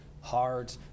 hard